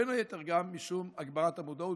בין היתר גם בשל הגברת המודעות,